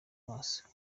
maso